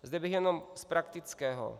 Zde bych jenom z praktického.